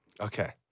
Okay